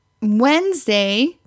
Wednesday